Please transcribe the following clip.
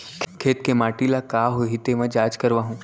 खेत के माटी ल का होही तेमा जाँच करवाहूँ?